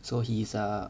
so he's a